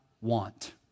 want